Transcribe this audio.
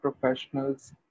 professionals